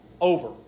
over